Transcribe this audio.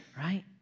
right